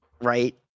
right